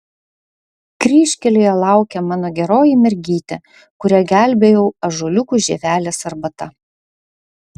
kryžkelėje laukia mano geroji mergytė kurią gelbėjau ąžuoliukų žievelės arbata